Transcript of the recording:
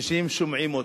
כשהם שומעים אותו,